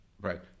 Right